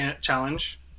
Challenge